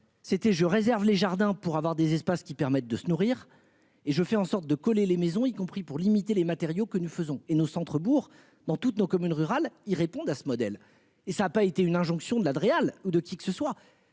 c'était je réserve les jardins pour avoir des espaces qui permettent de se nourrir et je fais en sorte de coller les maisons y compris pour limiter les matériaux que nous faisons et nous centre-bourg dans toutes nos communes rurales. Ils répondent à ce modèle. Et ça a pas été une injonction de la Dreal ou de qui que ce soit.